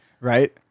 right